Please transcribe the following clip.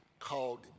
called